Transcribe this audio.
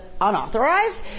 unauthorized